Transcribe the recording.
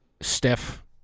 Steph